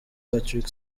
patrick